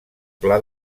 pla